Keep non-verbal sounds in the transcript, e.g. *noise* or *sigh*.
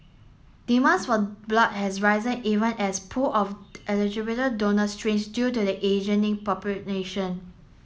demands for blood has risen even as pool of eligible donors shrinks due to the *unintelligible* population